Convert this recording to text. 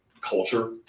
culture